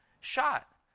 shot